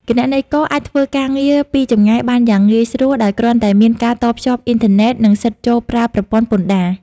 គណនេយ្យករអាចធ្វើការងារពីចម្ងាយបានយ៉ាងងាយស្រួល ដោយគ្រាន់តែមានការតភ្ជាប់អ៊ីនធឺណិត និងសិទ្ធិចូលប្រើប្រព័ន្ធពន្ធដារ។